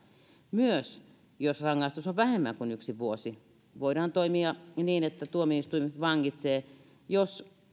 myös jos rangaistus on vähemmän kuin yksi vuosi voidaan toimia niin että tuomioistuin vangitsee jos